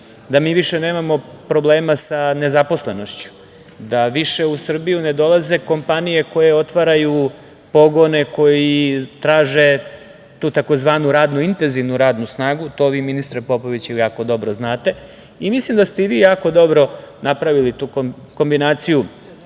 da mi više nemamo problema sa nezaposlenošću, da više u Srbiju ne dolaze kompanije koje otvaraju pogone koji traže tu tzv. intenzivnu radnu snagu, a to vi, ministre Popoviću, jako dobro znate. Mislim da ste i vi jako dobro napravili tu kombinaciju